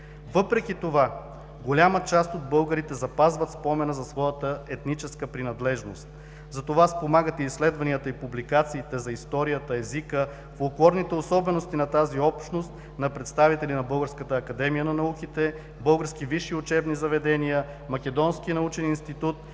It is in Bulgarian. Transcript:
Въпреки това голяма част от българите запазва спомена за своята етническа принадлежност. За това спомагат и изследванията и публикациите за историята, езика, фолклорните особености на тази общност на представители на Българската академия на науките, български висши учебни заведения, Македонския научен институт,